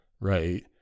right